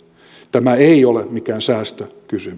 tämä ei ole mikään säästökysymys